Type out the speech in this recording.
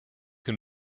can